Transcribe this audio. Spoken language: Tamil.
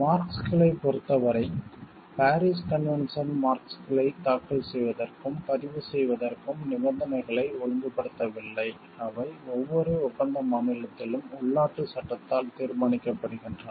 மார்க்ஸ்களைப் பொறுத்தவரை பாரிஸ் கன்வென்ஷன் மார்க்ஸ்களை தாக்கல் செய்வதற்கும் பதிவு செய்வதற்கும் நிபந்தனைகளை ஒழுங்குபடுத்தவில்லை அவை ஒவ்வொரு ஒப்பந்த மாநிலத்திலும் உள்நாட்டு சட்டத்தால் தீர்மானிக்கப்படுகின்றன